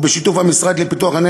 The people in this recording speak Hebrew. ובשיתוף המשרד לפיתוח הפריפריה,